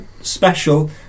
special